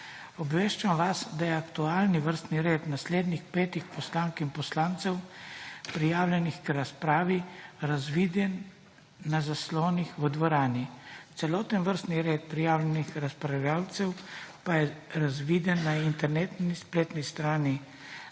Obveščam vas, da je aktualni vrstni red naslednjih petih poslank in poslancev, prijavljenih k razpravi, razviden na zaslonih v dvorani. Celoten vrstni red prijavljenih razpravljavcev pa je razviden na internetni spletni strani